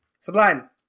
Sublime